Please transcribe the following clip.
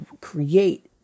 create